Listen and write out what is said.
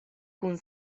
kun